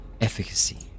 efficacy